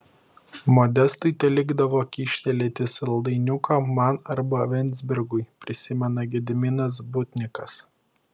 modestui telikdavo kyštelėti saldainiuką man arba venzbergui prisimena gediminas budnikas